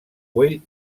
güell